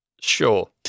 Sure